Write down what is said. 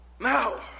Now